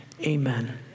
Amen